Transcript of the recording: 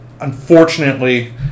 Unfortunately